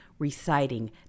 reciting